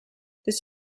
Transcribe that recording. this